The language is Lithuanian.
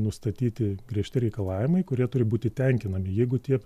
nustatyti griežti reikalavimai kurie turi būti tenkinami jeigu tie